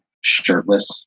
shirtless